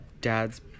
dad's